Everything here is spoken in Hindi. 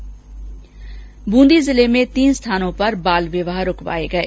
इस बीच बुंदी जिले में तीन स्थानों पर बाल विवाह रूकवाये गये